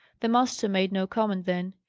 the master made no comment then.